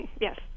yes